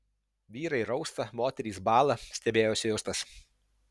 vyrai rausta moterys bąla stebėjosi justas